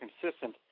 consistent